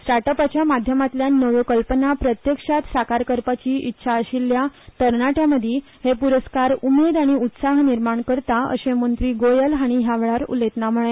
स्टार्टअपांच्या माध्यमातल्यान नव्यो कल्पना प्रत्यक्षात साकार करपाची इत्सा आशिल्ल्या तरणाट्यांमदी हे पुरस्कार उमेद आनी उत्साह निर्माण करता अशे मंत्री गोयल हाणी हया वेळार उलयतना म्हळे